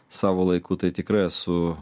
savo laiku tai tikrai esu